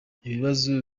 ibibazo